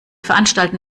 veranstalten